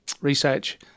research